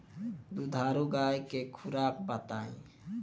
दुधारू गाय के खुराक बताई?